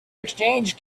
exchange